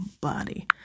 body